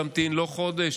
תמתין לא חודש,